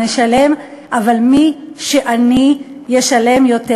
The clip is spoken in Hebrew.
כולנו נשלם, אבל מי שעני ישלם יותר.